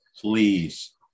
Please